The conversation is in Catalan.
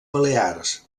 balears